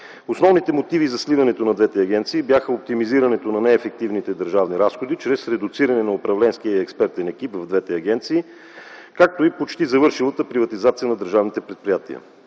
Основните мотиви за сливането на двете агенции бяха оптимизирането на неефективните държавни разходи чрез редуциране на управленския и експертен екип в двете агенции, както и почти завършилата приватизация на държавните предприятия.